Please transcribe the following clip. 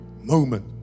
moment